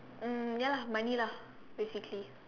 um ya lah money lah basically